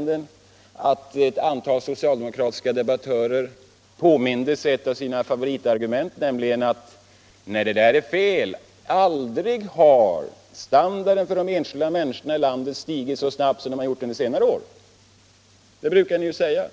möjligt att ett antal socialdemokratiska debattörer påmindes om ett av sina favoritargument, nämligen att aldrig har standarden för de enskilda människorna i landet stigit så snabbt som den gjort under senare år. Det brukar ni ju säga.